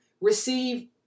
receive